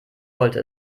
wollte